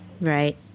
Right